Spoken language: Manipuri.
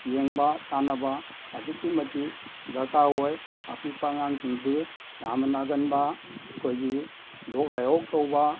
ꯌꯦꯡꯕ ꯇꯥꯟꯅꯕ ꯑꯗꯨꯛꯀꯤ ꯃꯇꯤꯛ ꯗꯔꯀꯥꯔ ꯑꯣꯏ ꯑꯄꯤꯛꯄ ꯑꯉꯥꯡꯁꯤꯡꯁꯤ ꯌꯥꯝꯅ ꯅꯥꯒꯟꯕ ꯑꯩꯈꯣꯏꯒꯤ ꯂꯣꯛ ꯂꯥꯏꯍꯧ ꯇꯧꯕ